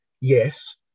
yes